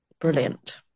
Brilliant